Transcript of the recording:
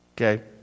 Okay